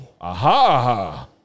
Aha